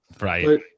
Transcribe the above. right